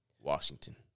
Washington